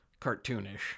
cartoonish